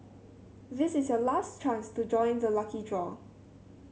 this is your last chance to join the lucky draw